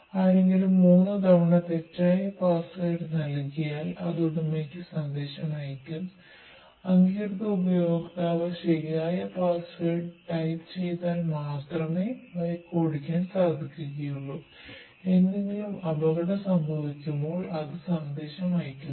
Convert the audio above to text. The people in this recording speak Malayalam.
ആരെങ്കിലും മൂന്ന് തവണ തെറ്റായ പാസ്സ്വേർഡ് ഓടിക്കാൻ സാധിക്കുകയുള്ളു എന്തെങ്കിലും അപകടം സംഭവിക്കുമ്പോൾ അത് സന്ദേശം അയയ്ക്കുന്നു